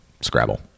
Scrabble